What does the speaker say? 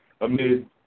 amid